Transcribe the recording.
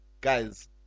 guys